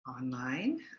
online